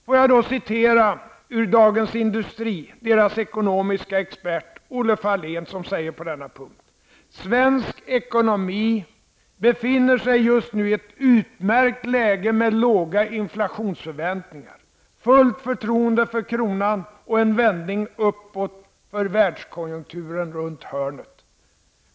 Låt mig då citera ur Dagens Industri vad tidningens ekonomiexpert Olle Fahlén säger på denna punkt: ''Svensk ekonomi befinner sig just nu i ett utmärkt läge med låga inflationsförväntningar, fullt förtroende för kronan och en vändning uppåt i världskonjunkturen runt hörnet.